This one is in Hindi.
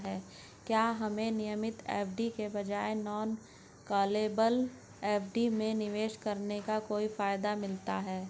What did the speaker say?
क्या हमें नियमित एफ.डी के बजाय नॉन कॉलेबल एफ.डी में निवेश करने का कोई फायदा मिलता है?